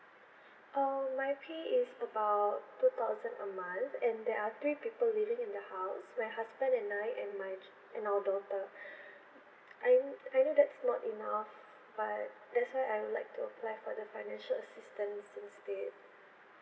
um my pay is about two thousand a month and there are three people living in the house my husband and I and my and our daughter I know I know that's not enough but that's why I would like to apply for the financial assistance instead